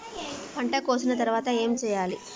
పంట కోసిన తర్వాత ఏం చెయ్యాలి?